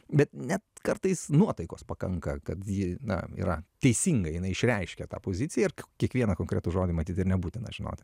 bet ne kartais nuotaikos pakanka kad ji na yra teisingai jinai išreiškia tą poziciją ir kiekvieną konkretų žodį matyt ir nebūtina žinoti